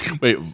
Wait